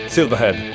Silverhead